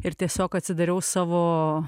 ir tiesiog atsidariau savo